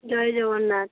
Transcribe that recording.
Jay Jagannath